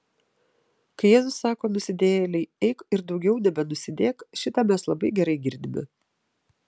kai jėzus sako nusidėjėlei eik ir daugiau nebenusidėk šitą mes labai gerai girdime